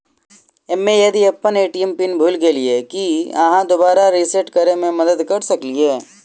हम्मे यदि अप्पन ए.टी.एम पिन भूल गेलियै, की अहाँ दोबारा सेट रिसेट करैमे मदद करऽ सकलिये?